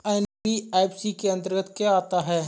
NBFC के अंतर्गत क्या आता है?